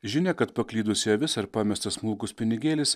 žinia kad paklydusi avis ar pamestas smulkus pinigėlis